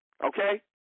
Okay